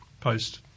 post